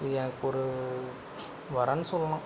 இது எனக்கு ஒரு வரம் சொல்லலாம்